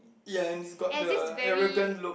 ya and he's got the arrogant look